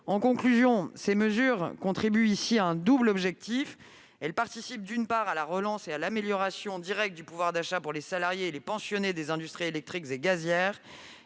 En conclusion, ces mesures visent ici un double objectif : elles participent, d'une part, à la relance et à l'amélioration directe du pouvoir d'achat des salariés et des pensionnés des industries électriques et gazières